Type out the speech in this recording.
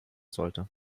sollte